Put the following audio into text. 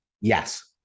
yes